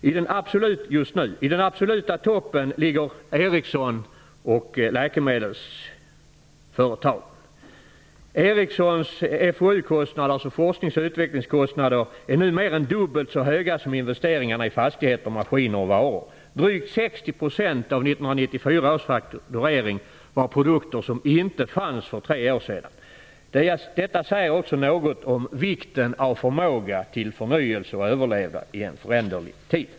I den absoluta toppen ligger Ericsson och läkemedelsföretag. Ericssons FoU-kostnader, dvs. forsknings och utvecklingskostnader, är nu mer än dubbelt så höga som investeringarna i fastigheter, maskiner och varor. Drygt 60 % av 1994 års fakturering var produkter som inte fanns för tre år sedan. Detta säger också något om vikten av förmåga till förnyelse och överlevnad i en föränderlig tid.